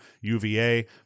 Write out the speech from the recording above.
UVA